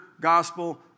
gospel